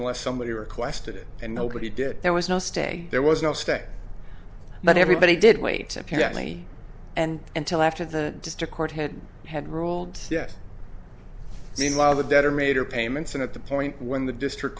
unless somebody requested it and nobody did there was no stay there was no stay but everybody did wait apparently and until after the district court had had ruled yes meanwhile the debtor made her payments and at the point when the district